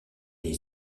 est